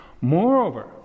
Moreover